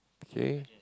okay